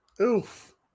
Oof